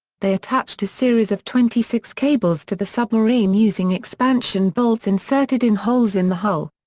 they attached a series of twenty six cables to the submarine using expansion bolts inserted in holes in the hull.